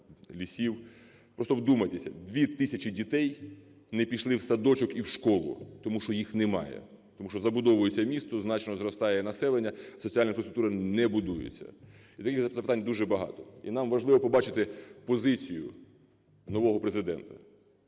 Просто вдумайтеся: дві тисячі дітей не пішли в садочок і в школу тому, що їх немає, тому що забудовується місто, значно зростає населення, соціальна інфраструктура не будується. І таки запитань дуже багато. І нам важливо побачити позицію нового Президента.